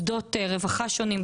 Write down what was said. מוסדות רווחה שונים,